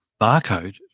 Barcode